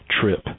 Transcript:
trip